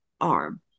arm